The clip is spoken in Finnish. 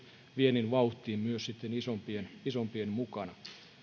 viennin vauhtiin isompien isompien mukana